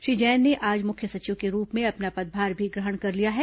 श्री जैन ने आज मुख्य सचिव के रूप में अपना पदभार भी ग्रहण कर लिया है